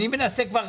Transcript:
אני מנסה כבר